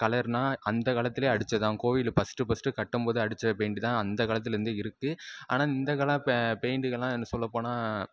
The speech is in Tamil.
கலர்னால் அந்த காலத்திலயே அடித்ததுதான் கோவில் ஃபஸ்ட்டு ஃபஸ்ட்டு கட்டும்போது அடித்த பெயிண்ட்டு தான் அந்த காலத்திலேர்ந்தே இருக்குது ஆனால் இந்தக்கால பெயிண்டுகளெலாம் இன்னும் சொல்லப்போனால்